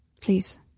Please